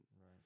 Right